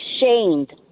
shamed